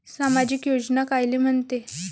सामाजिक योजना कायले म्हंते?